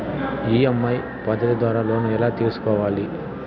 EMI పద్ధతి ద్వారా loan ఎలా తీసుకోవాలి